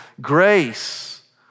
Grace